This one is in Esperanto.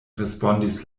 respondis